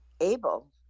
able